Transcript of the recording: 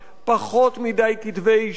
פחות מדי כתבי-אישום,